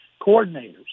coordinators